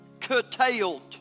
curtailed